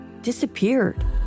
disappeared